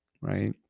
right